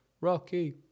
Rocky